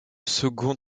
second